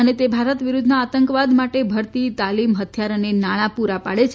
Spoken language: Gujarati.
અને તે ભારત વિરુધ્ધના આતંકવાદ માટે ભરતી તાલીમ હૃથિયાર અને નાણા પૂરા પાડે છે